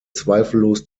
zweifellos